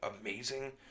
amazing